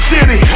City